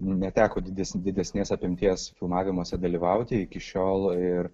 neteko dides didesnės apimties filmavimuose dalyvauti iki šiol ir